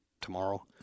tomorrow